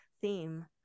theme